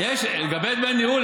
לגבי דמי ניהול,